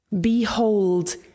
behold